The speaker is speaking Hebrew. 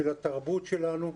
של התרבות שלנו,